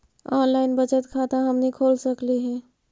Online बचत खाता हमनी खोल सकली हे?